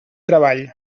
treball